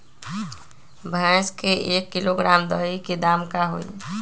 भैस के एक किलोग्राम दही के दाम का होई?